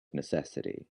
necessity